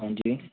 ਹਾਂਜੀ